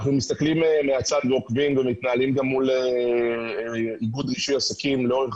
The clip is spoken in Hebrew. אנחנו מסתכלים מהצד ועוקבים ומתנהלים גם מול איגוד רישוי עסקים לאורך